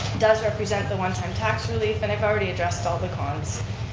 does represent the one time tax relief and i've already addressed all the cons.